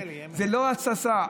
זו לא התססה,